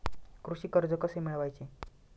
कृषी कर्ज कसे मिळवायचे?